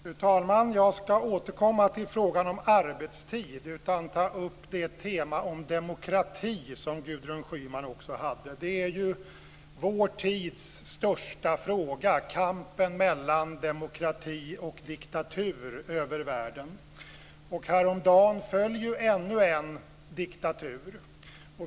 Fru talman! Jag ska inte återkomma till frågan om arbetstid utan ta upp det tema om demokrati som Gudrun Schyman också hade. Det är vår tids största fråga, kampen mellan demokrati och diktatur över världen. Häromdagen föll ännu en diktatur.